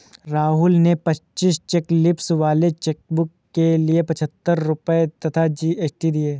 राहुल ने पच्चीस cheque leaves वाले चेकबुक के लिए पच्छत्तर रुपये तथा जी.एस.टी दिए